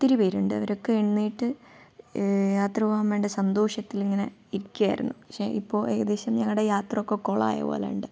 ഒത്തിരി പേരുണ്ട് അവരൊക്കെ എഴുന്നേറ്റ് യാത്ര പോകാൻ വേണ്ട സന്തോഷത്തിൽ ഇങ്ങനെ ഇരിക്കുകയായിരുന്നു പക്ഷേ ഇപ്പോൾ ഏകദേശം ഞങ്ങളുടെ യാത്രയൊക്കെ കൊളമായത് പോലെയുണ്ട്